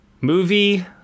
movie